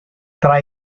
tra